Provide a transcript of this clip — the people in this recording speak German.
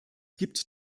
gibt